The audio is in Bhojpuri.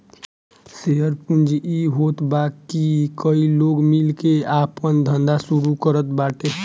शेयर पूंजी इ होत बाकी कई लोग मिल के आपन धंधा शुरू करत बाटे